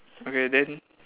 okay then